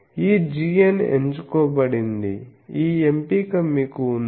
ఈ g n ఎంచుకోబడింది ఈ ఎంపిక మీకు ఉంది